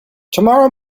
tomorrow